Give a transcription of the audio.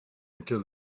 until